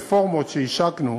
רפורמות שהשקנו,